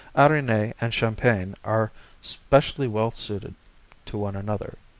arrigny and champagne are specially well suited to one another.